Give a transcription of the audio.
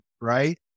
right